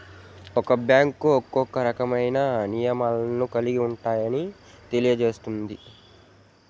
ఒక్క బ్యాంకు ఒక్కో రకమైన నియమాలను కలిగి ఉంటాయని తెలుస్తున్నాది